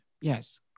Yes